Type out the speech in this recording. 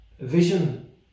vision